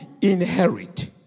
inherit